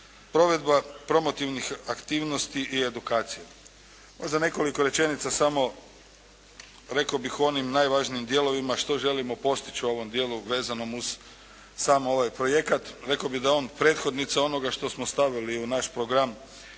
provedba promotivnih aktivnosti i edukacija. Možda nekoliko rečenica samo rekao bih o onim najvažnijim dijelovima što želimo postići u ovom dijelu vezano uz sam ovaj projekat. Rekao bih da je on prethodnica ono što smo stavili u naš program